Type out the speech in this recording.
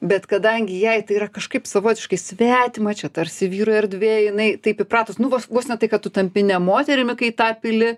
bet kadangi jai tai yra kažkaip savotiškai svetima čia tarsi vyro erdvė jinai taip įpratus nu vos ne tai kad tu tampi ne moterimi kai tą pilį